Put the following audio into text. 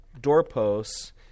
doorposts